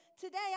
today